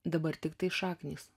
dabar tiktai šaknys